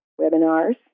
webinars